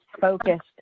focused